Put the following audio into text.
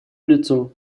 улицу